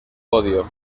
podio